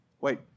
Wait